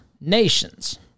nations